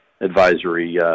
advisory